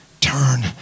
turn